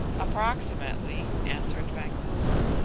approximately, answered vancouver.